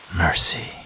mercy